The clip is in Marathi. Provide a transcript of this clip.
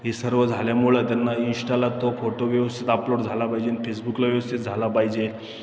हे सर्व झाल्यामुळं त्यांना इन्स्टाला तो फोटो व्यवस्थित अपलोड झाला पाहिजे फेसबुकला व्यवस्थित झाला पाहिजे